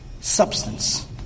Substance